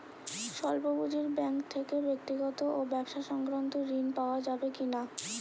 স্বল্প পুঁজির ব্যাঙ্ক থেকে ব্যক্তিগত ও ব্যবসা সংক্রান্ত ঋণ পাওয়া যাবে কিনা?